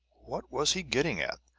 what was he getting at?